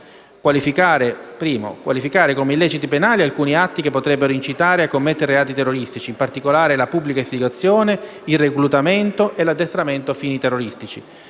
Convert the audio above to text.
qualificare come illeciti penali alcuni atti che potrebbero incitare a commettere reati terroristici, in particolare la pubblica istigazione, il reclutamento e l'addestramento a fini terroristici;